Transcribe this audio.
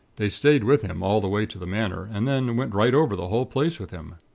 they stayed with him all the way to the manor, and then went right over the whole place with him.